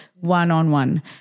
one-on-one